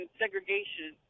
segregation